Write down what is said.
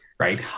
right